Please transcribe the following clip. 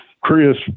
Chris